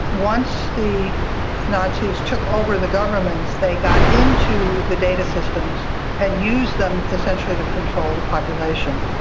once the nazis took over the governments, they got into the data systems and used them essentially to control the population.